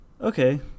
Okay